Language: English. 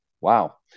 Wow